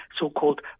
so-called